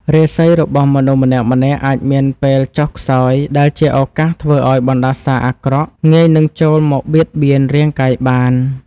រាសីរបស់មនុស្សម្នាក់ៗអាចមានពេលចុះខ្សោយដែលជាឱកាសធ្វើឱ្យបណ្តាសាអាក្រក់ងាយនឹងចូលមកបៀតបៀនរាងកាយបាន។